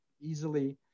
easily